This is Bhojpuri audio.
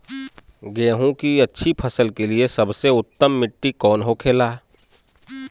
गेहूँ की अच्छी फसल के लिए सबसे उत्तम मिट्टी कौन होखे ला?